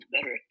better